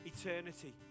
eternity